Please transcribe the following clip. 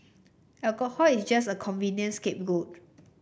alcohol is just a convenient scapegoat